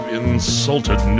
insulted